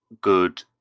good